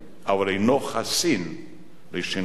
אבל הוא אינו חסין בפני שינויים.